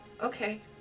Okay